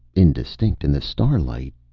indistinct in the starlight.